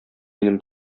минем